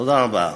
תודה רבה.